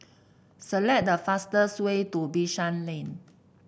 select the fastest way to Bishan Lane